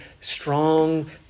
strong